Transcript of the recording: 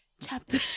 chapter